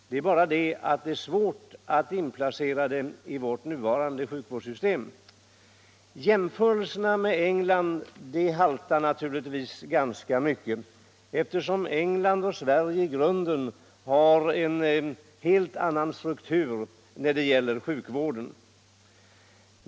Det är bara det att det är svårt att inplacera ett sådant system i vårt nuvarande sjukvårdssystem. Jämförelserna med England haltar naturligtvis ganska mycket, eftersom England och Sverige i grunden har helt olika strukturer när det gäller sjukvården.